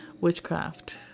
witchcraft